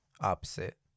opposite